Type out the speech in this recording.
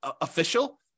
official